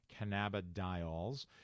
cannabidiols